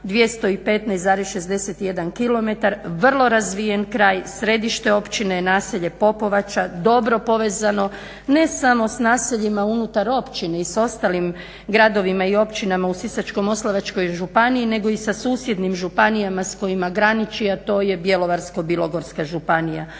215,61 km, vrlo razvijen kraj, središte općine je naselje Popovača dobro povezano ne samo sa naseljima unutar općine i ostalim gradovima i općinama u Sisačko-moslavačkoj županiji nego i sa susjednim županijama s kojima graniči, a to je Bjelovarsko-bilogorska županija.